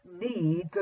need